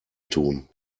tun